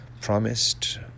promised